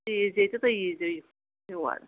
ژٕ ییٖزِ ییٚتہِ ژٕ ییٖزِ یور